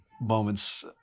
moments